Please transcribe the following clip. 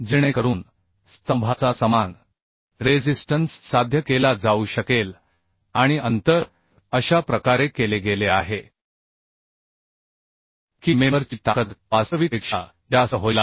जेणेकरून स्तंभाचा समान रेझिस्टन्स साध्य केला जाऊ शकेल आणि अंतर अशा प्रकारे केले गेले आहे की मेंबर ची ताकद वास्तविकपेक्षा जास्त होईल